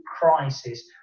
crisis